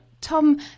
Tom